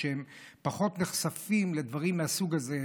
כשהם פחות נחשפים לדברים מהסוג הזה,